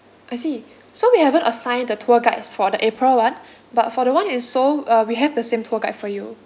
I see so we haven't assign the tour guides for the april [one] but for the one in seoul uh we have the same tour guide for you